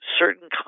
certain